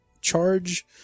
charge